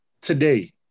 today